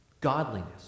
godliness